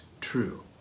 true